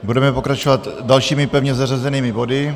Budeme pokračovat dalšími pevně zařazenými body.